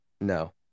No